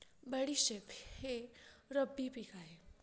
बडीशेप हे रब्बी पिक आहे